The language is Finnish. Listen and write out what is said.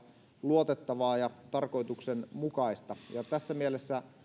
luotettavaa ja tarkoituksenmukaista tässä mielessä